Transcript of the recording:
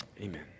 amen